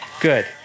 good